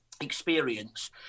experience